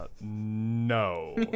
No